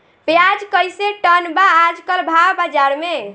प्याज कइसे टन बा आज कल भाव बाज़ार मे?